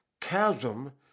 chasm